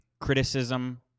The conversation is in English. criticism